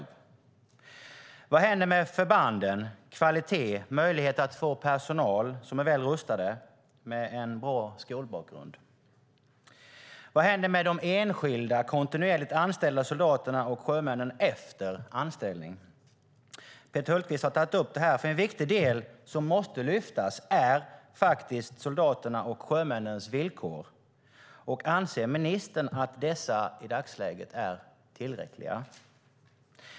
Vad händer med förbanden, kvaliteten och möjligheten att få personal som är väl rustad med en bra skolbakgrund? Vad händer med de enskilda kontinuerligt anställda soldaterna och sjömännen efter anställning? Peter Hultqvist har tagit upp det här, för en viktig del som måste lyftas fram är faktiskt soldaternas och sjömännens villkor. Anser ministern att dessa i dagsläget är tillräckliga?